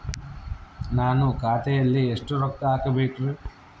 ನಾನು ಖಾತೆಯಲ್ಲಿ ಎಷ್ಟು ರೊಕ್ಕ ಹಾಕಬೇಕ್ರಿ?